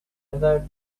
leather